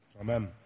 Amen